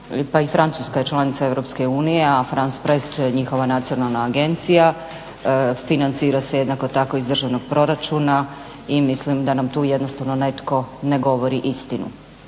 Pa i Francuska je članica EU a Franc press njihova nacionalna agencija financira se jednako tako iz državnog proračuna i mislim da nam tu jednostavno netko ne govori istinu.